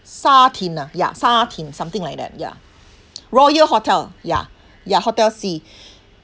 sa tin ah ya sa tin something like that ya royal hotel ya ya hotel C